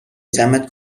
جمعت